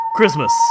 Christmas